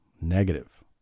Negative